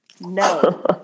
no